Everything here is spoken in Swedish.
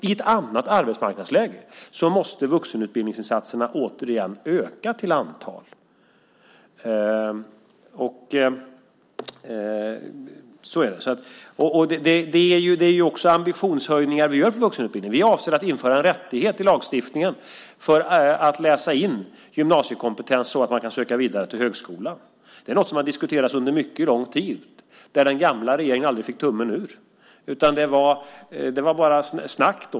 I ett annat arbetsmarknadsläge måste vuxenutbildningsinsatserna åter öka. Det är också en ambitionshöjning i vuxenutbildningen. Vi avser att införa rättighet i lagstiftningen att få läsa in gymnasiekompetens så att man kan söka vidare till högskolan. Det är något som har diskuterats under mycket lång tid där den gamla regeringen aldrig fick tummen ur. Det var bara snack.